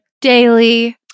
daily